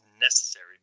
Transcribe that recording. necessary